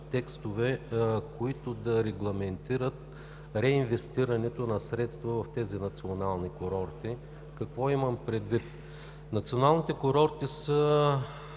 текстове, които да регламентират реинвестирането на средства в тези национални курорти. Какво имам предвид? Национални са курортите,